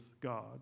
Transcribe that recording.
God